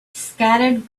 scattered